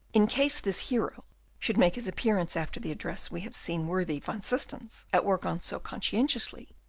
in case this hero should make his appearance after the address we have seen worthy van systens at work on so conscientiously,